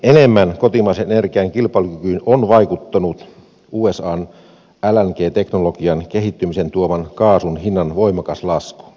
enemmän kotimaisen energian kilpailukykyyn on vaikuttanut usan lng teknologian kehittymisen tuoma kaasun hinnan voimakas lasku